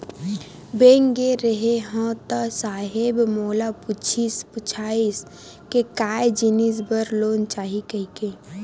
Bank गे रेहे हंव ता साहेब मोला पूछिस पुछाइस के काय जिनिस बर लोन चाही कहिके?